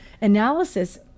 analysis